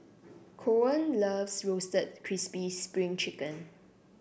Koen loves Roasted Crispy Spring Chicken